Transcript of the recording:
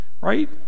right